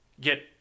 get